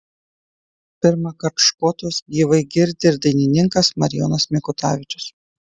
pirmąkart škotus gyvai girdi ir dainininkas marijonas mikutavičius